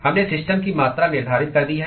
हमने सिस्टम की मात्रा निर्धारित कर दी है